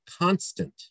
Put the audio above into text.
constant